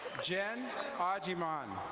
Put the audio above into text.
jenn ah adjiman.